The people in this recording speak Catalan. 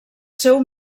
seu